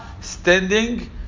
standing